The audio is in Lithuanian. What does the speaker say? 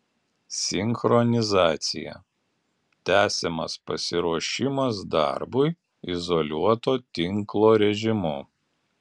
sinchronizacija tęsiamas pasiruošimas darbui izoliuoto tinklo režimu